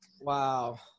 wow